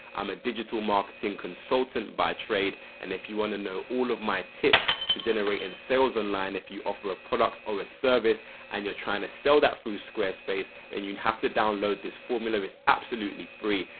i'm a digital marketing consultant by trade and if you want to know all of my tips to generate in sales online if you offer a products or a service and you're trying to sell that through squarespace then and you have to download this formula it's absolutely free.